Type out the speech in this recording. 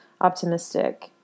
optimistic